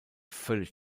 völlig